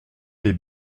les